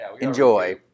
enjoy